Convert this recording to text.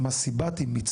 את מה סיבת אי מיצוייה,